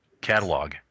catalog